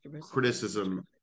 criticism